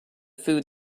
food